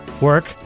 work